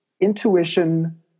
intuition